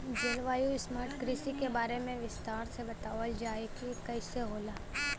जलवायु स्मार्ट कृषि के बारे में विस्तार से बतावल जाकि कइसे होला?